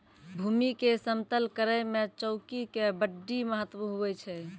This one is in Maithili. भूमी के समतल करै मे चौकी के बड्डी महत्व हुवै छै